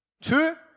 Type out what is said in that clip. Two